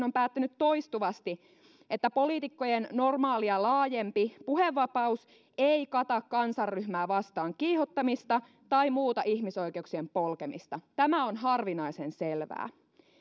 on päättänyt toistuvasti että poliitikkojen normaalia laajempi puhevapaus ei kata kansanryhmää vastaan kiihottamista tai muuta ihmisoikeuksien polkemista tämä on harvinaisen selvää